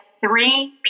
three